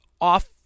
off